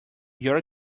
your